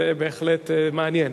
זה בהחלט מעניין.